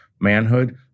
manhood